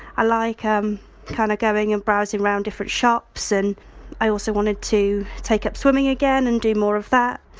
i like um kind of going and browsing round different shops and i also wanted to take up swimming again and do more of that.